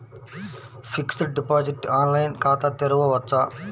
Fixed deposit online ఖాతా తెరువవచ్చా?